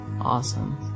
awesome